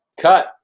cut